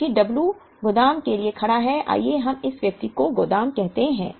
चूंकि w गोदाम के लिए खड़ा है आइए हम इस व्यक्ति को गोदाम कहते हैं